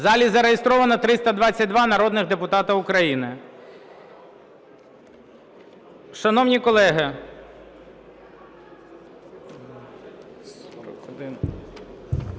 У залі зареєстровано 322 народні депутати України.